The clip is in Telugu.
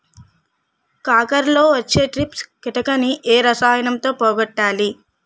కాకరలో వచ్చే ట్రిప్స్ కిటకని ఏ రసాయనంతో పోగొట్టాలి?